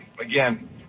again